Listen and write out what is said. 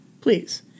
Please